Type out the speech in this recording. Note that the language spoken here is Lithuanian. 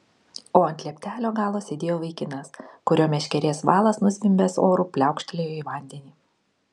o ant lieptelio galo sėdėjo vaikinas kurio meškerės valas nuzvimbęs oru pliaukštelėjo į vandenį